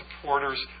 supporters